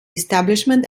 establishment